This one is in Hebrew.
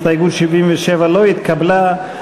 הסתייגות 77 לא התקבלה.